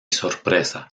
sorpresa